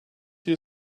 you